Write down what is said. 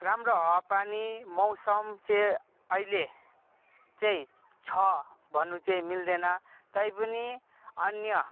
राम्रो हावा पानी मौसम चाहिँ अहिले चाहिँ छ भन्नु चाहिँ मिल्दैन तैपनि अन्य